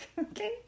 Okay